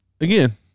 Again